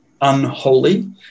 unholy